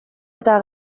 eta